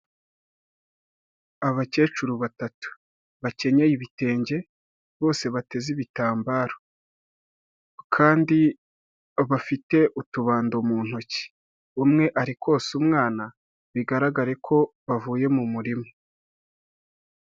Abakecuru batatu, bakenyeye ibitenge, bose bateze ibitambaro kandi bafite utubando mu ntoki. Umwe arikonsa umwana, bigaragare ko bavuye mu murima.